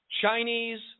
Chinese